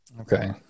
Okay